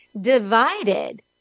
divided